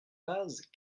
vases